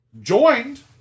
joined